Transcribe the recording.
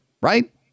Right